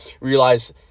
realize